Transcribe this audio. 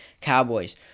Cowboys